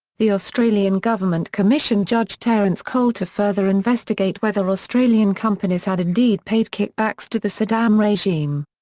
the australian government commissioned judge terence cole to further investigate whether australian companies had indeed paid kickbacks to the saddam regime.